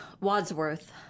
Wadsworth